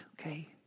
okay